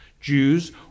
Jews